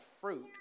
fruit